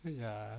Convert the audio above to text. ya